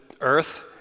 earth